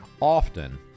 Often